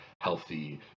healthy